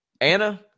Anna